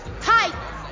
Tight